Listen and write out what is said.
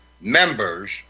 members